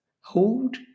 hold